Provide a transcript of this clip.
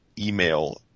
email